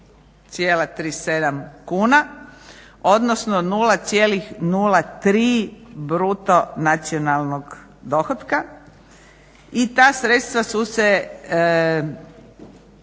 163,37 kuna, odnosno 0,03 bruto nacionalnog dohotka. I ta sredstva su se